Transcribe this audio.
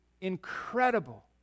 incredible